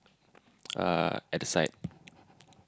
uh at the side